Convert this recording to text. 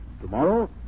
Tomorrow